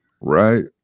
right